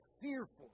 fearful